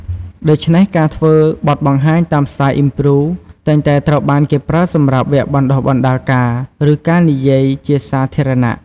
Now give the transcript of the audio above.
ដូច្នេះ ការធ្វើបទបង្ហាញតាមស្ទាយ improv តែងតែត្រូវបានគេប្រើសម្រាប់វគ្គបណ្តុះបណ្ដាលការ ឬ ការនិយាយជាសាធារណៈ។